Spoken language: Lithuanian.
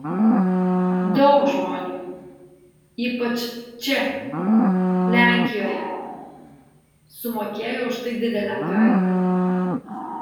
daug žmonių ypač čia lenkijoje sumokėjo už tai didelę kainą